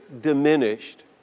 diminished